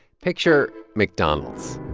picture mcdonald's.